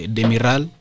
Demiral